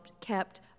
kept